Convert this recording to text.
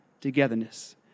togetherness